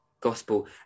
gospel